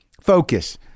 focus